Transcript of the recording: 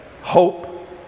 hope